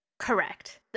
Correct